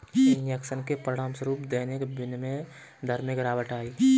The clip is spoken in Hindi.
इंजेक्शन के परिणामस्वरूप दैनिक विनिमय दर में गिरावट आई